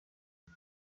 ett